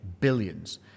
billions